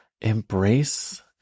embrace